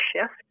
shift